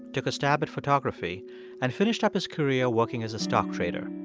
took a stab at photography and finished up his career working as a stock trader.